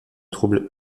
troubles